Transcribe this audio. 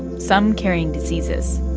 some carrying diseases.